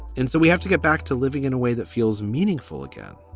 and so we have to get back to living in a way that feels meaningful again